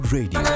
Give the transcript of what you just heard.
Radio